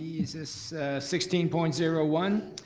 is this sixteen point zero one?